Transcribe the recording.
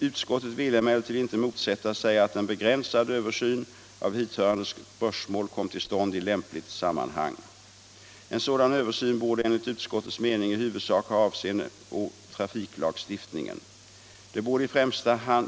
Utskottet ville emellertid inte motsätta sig att en begränsad översyn av hithörande spörsmål kom till stånd i lämpligt sammanhang. En sådan översyn borde enligt utskottets mening i huvudsak ha avseende på trafiklagstiftningen.